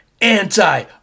anti